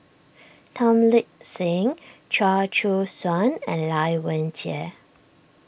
Tan Lip Seng Chia Choo Suan and Lai Weijie